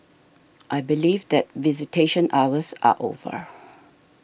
I believe that visitation hours are over